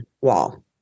wall